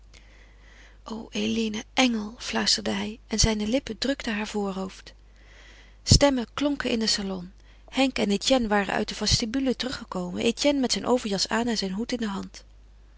eline engel fluisterde hij en zijne lippen drukten haar voorhoofd stemmen klonken in den salon henk en etienne waren uit de vestibule teruggekomen etienne met zijn overjas aan en zijn hoed in de hand